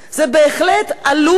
זה בהחלט עלול,